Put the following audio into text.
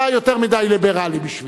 אתה יותר מדי ליברלי בשבילנו.